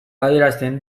adierazten